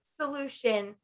solution